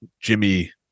Jimmy